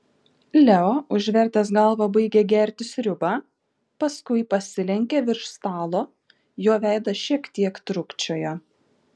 leo užvertęs galvą baigė gerti sriubą paskui pasilenkė virš stalo jo veidas šiek tiek trūkčiojo